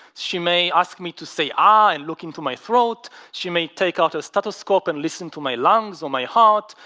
she may ask me to say ahh and look into my throat she may take out a stethoscope and listen to my lungs or my heart.